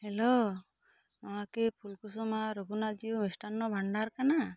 hello ᱱᱚᱶᱟ ᱠᱤ ᱯᱷᱩᱞᱠᱩᱥᱚᱢᱟ ᱨᱚᱜᱷᱩᱱᱟᱛᱷ ᱡᱤ ᱢᱤᱥᱴᱟᱱᱱᱚ ᱵᱷᱟᱱᱰᱟᱨ ᱠᱟᱱᱟ